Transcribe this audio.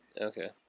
Okay